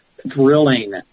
thrilling